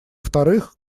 вторых